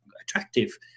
attractive